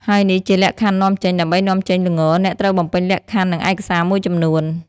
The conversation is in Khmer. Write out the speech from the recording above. ហើយនេះជាលក្ខខណ្ឌនាំចេញ ដើម្បីនាំចេញល្ង អ្នកត្រូវបំពេញលក្ខខណ្ឌ និងឯកសារមួយចំនួន។